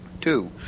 Two